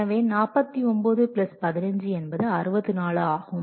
எனவே 49 பிளஸ் 15 என்பது 64 ஆகும்